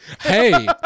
hey